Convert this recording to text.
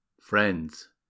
Friends